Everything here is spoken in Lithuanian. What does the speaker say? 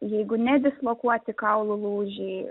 jeigu nedislokuoti kaulų lūžiai